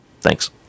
thanks